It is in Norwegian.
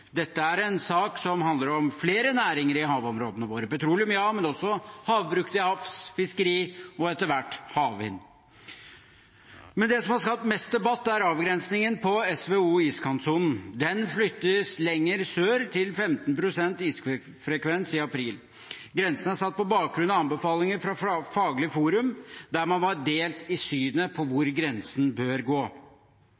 Dette er en sak som handler om flere næringer i havområdene våre – petroleum ja, men også havbruk til havs, fiskeri og etter hvert havvind. Men det som har skapt mest debatt, er avgrensingen på SVO iskantsonen. Den flyttes lenger sør, til 15 pst. isfrekvens i april. Grensen er satt på bakgrunn av anbefalinger fra Faglig forum, der man var delt i synet på hvor